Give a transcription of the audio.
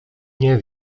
nie